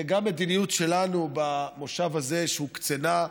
גם המדיניות שלנו במושב הזה, שהוקצנה,